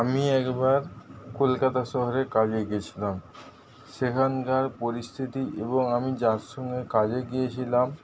আমি একবার কলকাতা শহরে কাজে গেছিলাম সেখানকার পরিস্থিতি এবং আমি যার সঙ্গে কাজে গিয়েছিলাম